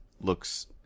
looks